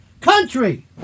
country